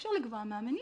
שאי-אפשר לקבוע מה המניע,